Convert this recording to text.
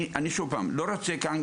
אני שוב פעם, לא רוצה כאן